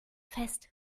fest